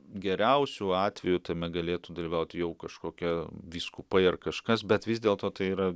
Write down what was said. geriausiu atveju tame galėtų dalyvaut jau kažkokie vyskupai ar kažkas bet vis dėlto tai yra